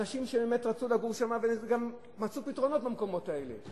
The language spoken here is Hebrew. אנשים שבאמת רצו לגור שם גם מצאו פתרונות במקומות האלה.